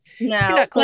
no